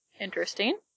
Interesting